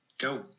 Go